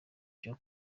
cyo